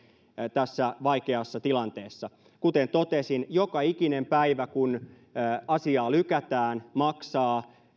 tässä vaikeassa tilanteessa kuten totesin joka ikinen päivä kun asiaa lykätään maksaa